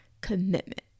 commitment